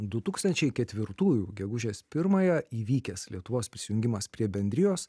du tūkstančiai ketvirtųjų gegužės pirmąją įvykęs lietuvos prisijungimas prie bendrijos